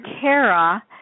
Kara